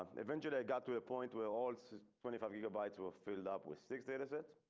and eventually it got to a point where all twenty five gigabytes will filled up with six datasets.